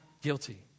guilty